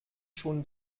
schon